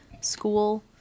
school